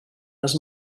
les